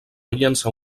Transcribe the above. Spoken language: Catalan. llançar